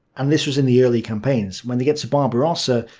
and this was in the early campaigns. when they get to barbarossa